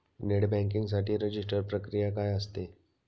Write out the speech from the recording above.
Net banking साठी register प्रक्रिया काय असते?